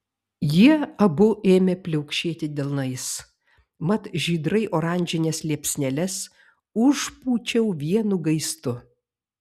jie abu ėmė pliaukšėti delnais mat žydrai oranžines liepsneles užpūčiau vienu gaistu